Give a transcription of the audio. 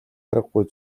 аргагүй